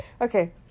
okay